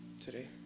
today